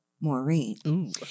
Maureen